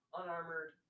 unarmored